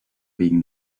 being